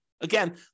Again